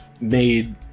made